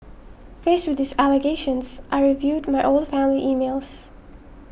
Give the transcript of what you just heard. faced with these allegations I reviewed my old family emails